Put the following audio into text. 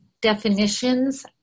definitions